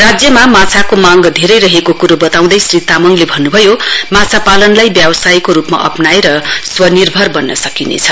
राज्यमा माछाको मांग धेरै रहेको करो बताउँदै श्री तामाङले भन्न् भयो माछा पालनलाई व्यवसायको रूपमा अप्नाएर स्वनिर्भर बन्न सकिनेछ